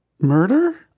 Murder